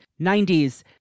90s